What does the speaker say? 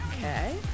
Okay